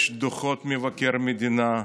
יש דוחות מבקר המדינה,